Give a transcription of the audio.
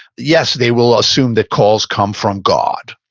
yes, they will assume that calls come from god.